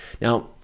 Now